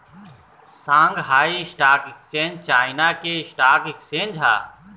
Shanghai stock exchange China के stock exchange ह